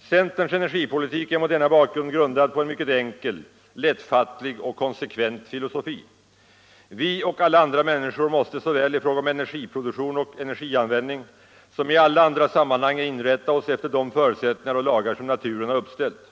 Centerns energipolitik är mot denna bakgrund fotad på en mycket enkel, lättfattlig och konsekvent filosofi: vi och alla andra människor måste såväl i fråga om energiproduktion och användning som i alla andra sammanhang inrätta oss efter de förutsättningar och lagar som naturen uppställt.